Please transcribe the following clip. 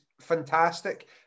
fantastic